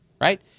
right